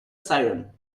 siren